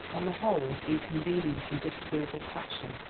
on the whole, inconvenient and disagreeable passion.